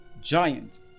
giant